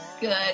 Good